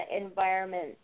environment